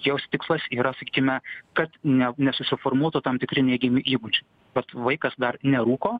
jos tikslas yra sakykime kad ne nesusiformuotų tam tikri neigiami įgūdžiai vat vaikas dar nerūko